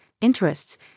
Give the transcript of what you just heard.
interests